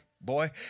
boy